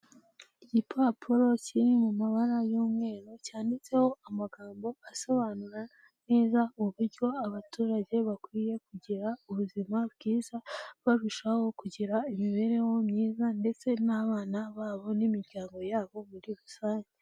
Igipapuro kiri mu mabara y'umweru cyanditseho amagambo asobanura neza uburyo abaturage bakwiye kugira ubuzima bwiza, barushaho kugira imibereho myiza ndetse n'abana babo n'imiryango yabo muri rusange.